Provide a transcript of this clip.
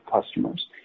customers